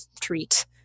treat